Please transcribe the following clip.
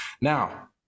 now